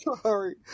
sorry